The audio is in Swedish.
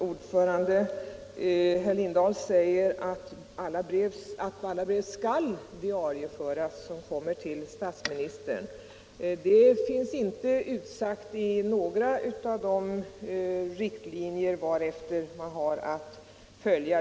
Herr talman! Herr Lindahl i Hamburgsund framhåller att alla brev som kommer till statsministern skall diarieföras. Men det finns inte utsagt i några av de riktlinjer vilka man har att följa.